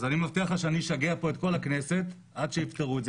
אני מבטיח לך שאני אשגע פה את כל הכנסת עד שיפתרו את זה.